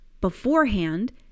beforehand